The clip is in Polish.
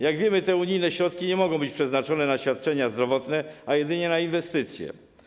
Jak wiemy, te unijne środki nie mogą być przeznaczone na świadczenia zdrowotne, ale jedynie na inwestycje.